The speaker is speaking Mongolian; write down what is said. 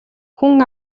хүн